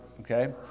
okay